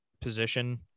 position